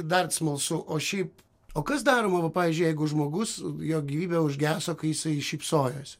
dar smalsu o šiaip o kas daroma va pavyzdžiui jeigu žmogus jo gyvybė užgeso kai jisai šypsojosi